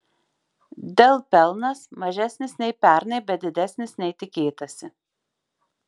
dell pelnas mažesnis nei pernai bet didesnis nei tikėtasi